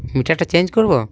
মিটারটা চেঞ্জ করব